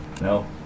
No